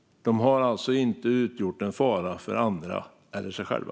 De har alltså inte utgjort en fara för andra eller sig själva.